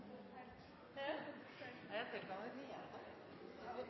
ja! Jeg